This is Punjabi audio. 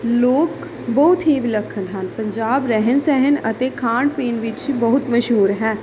ਲੋਕ ਬਹੁਤ ਹੀ ਵਿਲੱਖਣ ਹਨ ਪੰਜਾਬ ਰਹਿਣ ਸਹਿਣ ਅਤੇ ਖਾਣ ਪੀਣ ਵਿੱਚ ਬਹੁਤ ਮਸ਼ਹੂਰ ਹੈ